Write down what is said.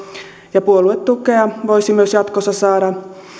ja puoluetukea voisi jatkossa saada